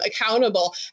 accountable